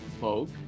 folk